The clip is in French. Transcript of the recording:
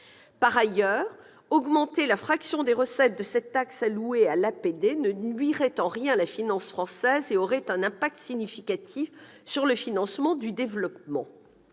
Par ailleurs, augmenter la fraction des recettes de cette taxe allouées à l'APD ne nuirait en rien à la finance française, et aurait un impact significatif sur le financement du développement.